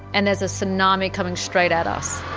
and there's a tsunami coming straight at us.